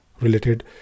related